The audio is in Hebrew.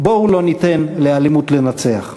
בואו לא ניתן לאלימות לנצח.